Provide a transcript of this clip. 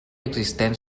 existent